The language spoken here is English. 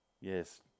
Yes